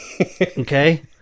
Okay